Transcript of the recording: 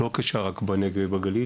והיא לא קשה רק בנגב ובגליל,